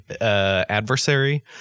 adversary